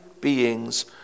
beings